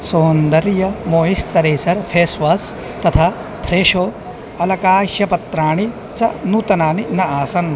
सोन्दर्यं moisturiser face wash तथा फ्रेशो अलकाश्यपत्राणि च नूतनानि न आसन्